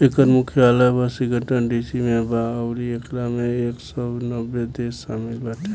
एकर मुख्यालय Washington DC में बा अउरी एकरा में एक सौ नब्बे देश शामिल बाटे